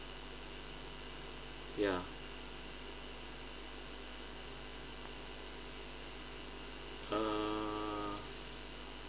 ya uh